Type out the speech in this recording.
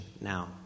now